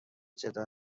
جدل